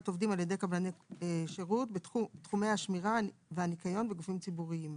עובדים על ידי קבלני שירות בתחומי השמירה והניקיון בגופים ציבוריים,